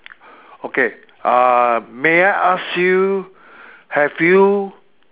okay uh may I ask you have you